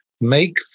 Make